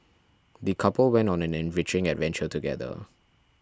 the couple went on an enriching adventure together